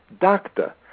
Doctor